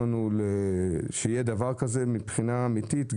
שיהיה דבר כזה מבחינה אמיתית.